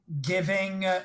giving